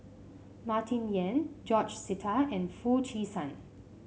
Martin Yan George Sita and Foo Chee San